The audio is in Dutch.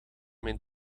mijn